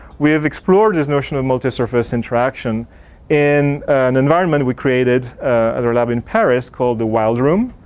we have explored this notion in multisurface interaction in an environment we created at the lab in paris called the wild room.